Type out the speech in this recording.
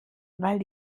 weil